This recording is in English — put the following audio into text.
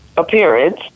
appearance